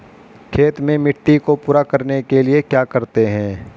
खेत में मिट्टी को पूरा करने के लिए क्या करते हैं?